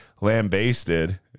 lambasted